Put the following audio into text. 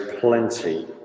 plenty